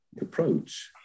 approach